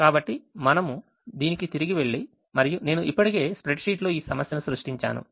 కాబట్టి మనము దీనికి తిరిగి వెళ్లి మరియు నేను ఇప్పటికే స్ప్రెడ్షీట్లో ఈ సమస్యను సృష్టించాను